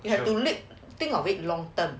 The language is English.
you have to think of it long term